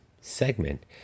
segment